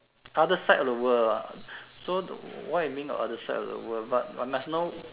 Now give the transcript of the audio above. other side of the world ah so the what you mean by the other side of the world but must know